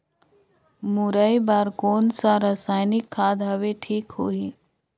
मुरई बार कोन सा रसायनिक खाद हवे ठीक होही?